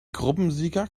gruppensieger